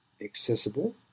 accessible